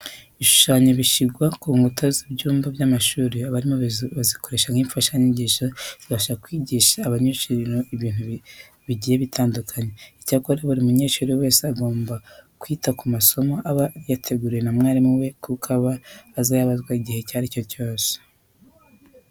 Ibishushanyo bishyirwa ku nkuta z'ibyumba by'amashuri, abarimu bazikoresha nk'imfashanyigisho zibafasha kwigisha abanyeshuri ibintu bigiye bitandukanye. Icyakora buri munyeshuri wese aba agomba kwita ku masomo aba yateguriwe na mwarimu we kuko aba azayabazwa igihe icyo ari cyo cyose.